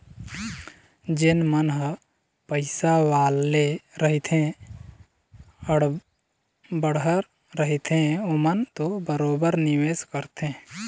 जेन मन ह पइसा वाले रहिथे बड़हर रहिथे ओमन तो बरोबर निवेस करथे